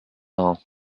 all